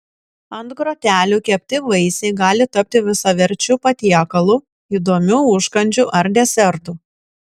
ant grotelių kepti vaisiai gali tapti visaverčiu patiekalu įdomiu užkandžiu ar desertu